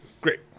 great